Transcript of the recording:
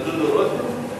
זה לדודו רותם?